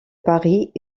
paris